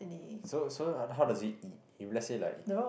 so so how how does it eat if let's say like